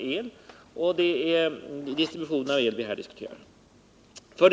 el, och det är distributionen av el vi här diskuterar. 3.